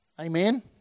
Amen